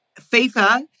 FIFA